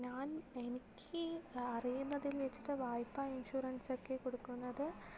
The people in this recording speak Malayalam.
ഞാൻ എനിക്ക് അറിയുന്നതിൽ വെച്ചിട്ട് വായ്പ ഇൻഷുറൻസ് ഒക്കെ കൊടുക്കുന്നത്